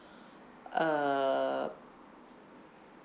uh